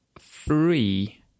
Three